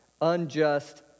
unjust